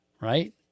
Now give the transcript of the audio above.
Right